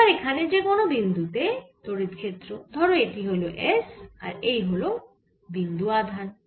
এবার এখানে যে কোন বিন্দু তে তড়িৎ ক্ষেত্র ধরো এটি হল s আর এই হল বিন্দু আধান